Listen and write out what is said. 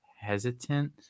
hesitant